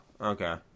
okay